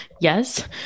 Yes